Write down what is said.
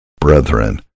Brethren